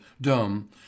dumb